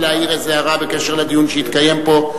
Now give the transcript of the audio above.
להעיר איזו הערה בקשר לדיון שהתקיים פה?